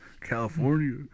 california